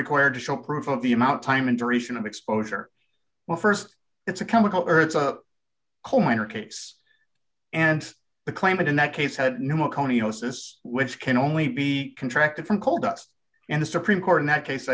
required to show proof of the amount of time and duration of exposure well st it's a chemical or it's a coal miner case and the claimant in that case had no macone whosis which can only be contracted from coal dust and the supreme court in that case